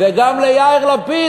וגם ליאיר לפיד.